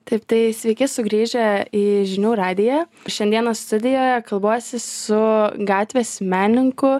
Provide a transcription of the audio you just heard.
taip taip sveiki sugrįžę į žinių radiją šiandieną studijoje kalbuosi su gatvės menininku